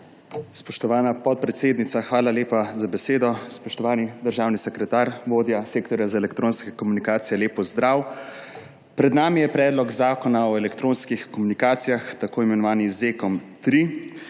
Spoštovana podpredsednica, hvala lepa za besedo. Spoštovani državni sekretar, vodja sektorja za elektronske komunikacije, lep pozdrav! Pred nami je predlog zakona o elektronskih komunikacijah, tako imenovani ZEKom-3,